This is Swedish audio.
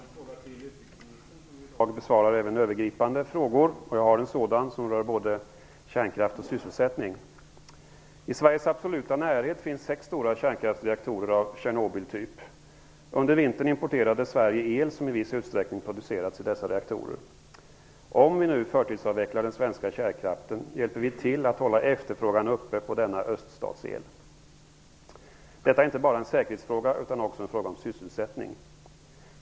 Herr talman! Jag har en fråga till utrikesministern, som i dag besvarar även övergripande frågor. Jag har en sådan fråga som rör både kärnkraft och sysselsättning. I Sveriges absoluta närhet finns sex stora kärnkraftsreaktorer av Tjernobyltyp. Under vintern importerade Sverige el som i viss utsträckning producerats i dessa reaktorer. Om vi nu förtidsavvecklar den svenska kärnkraften hjälper vi till att hålla efterfrågan uppe på denna öststatsel. Detta är inte bara en säkerhetsfråga utan också en fråga om sysselsättning.